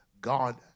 God